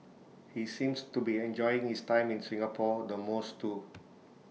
he seems to be enjoying his time in Singapore the most too